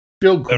Bill